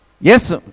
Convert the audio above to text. Yes